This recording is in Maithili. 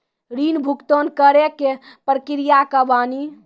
ऋण भुगतान करे के प्रक्रिया का बानी?